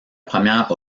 première